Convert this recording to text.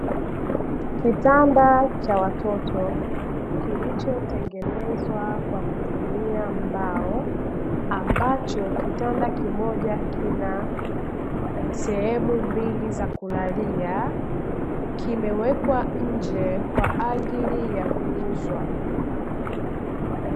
Kitanda cha watoto, kilichotengenezwa kwa kutumia mbao. Ambacho kitanda kimoja kina sehemu mbili za kulalia, kimewekwa nje kwa ajili ya kuuzwa.